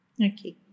Okay